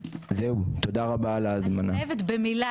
אני חייבת במילה